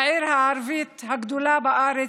העיר הערבית גדולה בארץ,